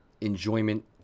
enjoyment